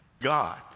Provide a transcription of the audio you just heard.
God